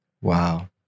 Wow